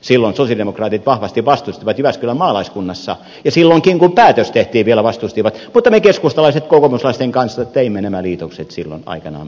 silloin sosialidemokraatit vahvasti vastustivat jyväskylän maalaiskunnassa ja silloinkin kun päätös tehtiin vielä vastustivat mutta me keskustalaiset kokoomuslaisten kanssa teimme nämä liitokset silloin aikanaan meillä kaupungissa